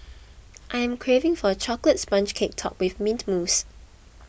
I am craving for a Chocolate Sponge Cake Topped with Mint Mousse